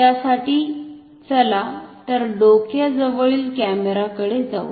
त्यासाठी चला तर डोक्याजवळील कॅमेरा कडे जाऊया